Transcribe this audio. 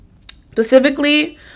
specifically